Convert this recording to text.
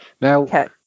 Now